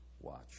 watch